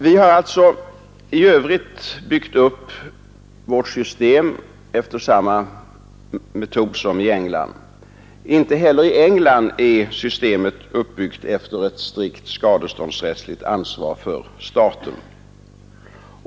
Vi har alltså i övrigt byggt upp vårt system efter samma metod som i England. Inte heller i England är systemet uppbyggt efter ett strikt skadeståndsrättsligt ansvar för staten.